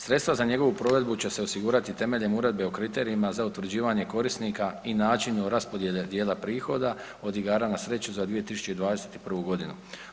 Sredstva za njegovu provedbu će se osigurati temeljem uredbe o kriterijima za utvrđivanje korisnika i načinu raspodjele dijela prihoda od igara na sreću za 2021. godinu.